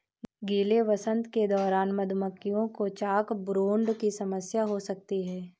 गीले वसंत के दौरान मधुमक्खियों को चॉकब्रूड की समस्या हो सकती है